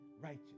righteous